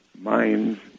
minds